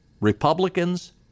Republicans